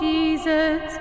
Jesus